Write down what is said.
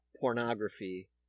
pornography